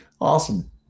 Awesome